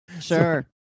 Sure